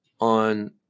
on